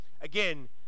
Again